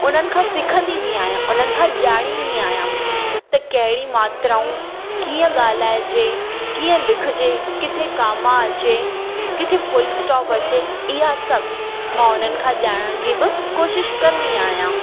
उन्हनि खां सिखंदी बि आहियां उन्हनि खां ॼाणींदी आहियां त कहिड़ी मात्राऊं कीअं ॻाल्हाइजे कीअं लिखिजे किथे कामा अचे किथे फ़ुल स्टॉप अचे इहा सभु मां उन्हनि खां ॼाणण जी बि कोशिशि कंदी आहियां